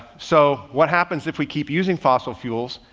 so what happens if we keep using fossil fuels?